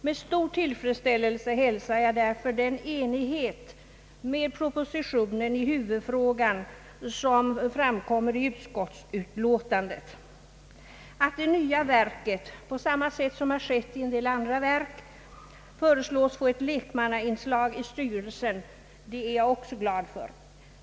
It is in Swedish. Med stor tillfredsställelse hälsar jag därför den enighet med propositionen i huvudfrågan som framkommer i utskottsutlåtandet. Att det nya verket på samma sätt som har skett i en del andra verk föreslås få ett lekmannainslag i styrelsen är jag också glad för.